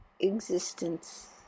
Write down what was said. existence